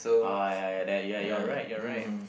ah ya ya that you're you're right you're right